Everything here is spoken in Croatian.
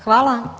Hvala.